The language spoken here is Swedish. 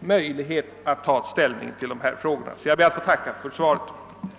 möjligheter att ta ställning till dessa förhållanden. Jag ber än en gång att få tacka för svaret på min fråga.